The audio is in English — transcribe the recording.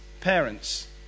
parents